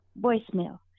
voicemail